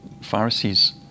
Pharisees